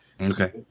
Okay